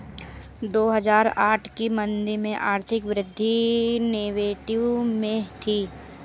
दो हजार आठ की मंदी में आर्थिक वृद्धि नेगेटिव में थी